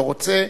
לא רוצה.